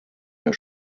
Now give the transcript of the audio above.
der